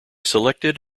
selected